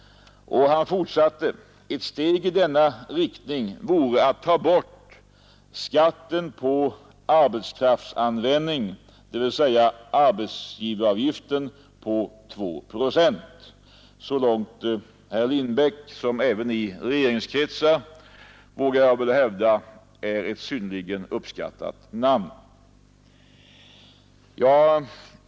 Han fortsatte: Ett steg i denna riktning vore att ta bort skatten på arbetskraftsanvändning, dvs. arbetsgivaravgiften på två procent. Så långt herr Lindbeck, som — vågar jag hävda — även i regeringskretsar är ett synnerligen uppskattat namn.